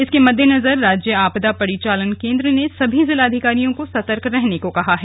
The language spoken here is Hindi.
इसके मददेनजर राज्य आपदा परिचालन केंद्र ने सभी जिलाधिकारियों को सतर्क रहने को कहा है